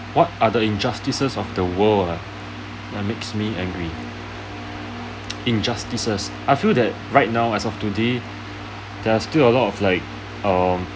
what are the injustices of the world uh that makes me angry injustices I feel that right now as of today there are still a lot like um